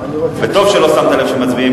וטוב שלא שמת לב שמצביעים,